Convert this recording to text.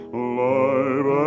alive